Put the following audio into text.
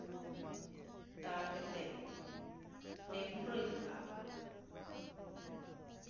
ᱫᱟᱞ ᱠᱟᱛᱮ ᱞᱮ ᱢᱩᱨᱟᱹᱭ ᱠᱟᱜᱼᱟ